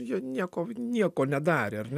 jie nieko nieko nedarė ar ne